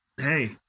hey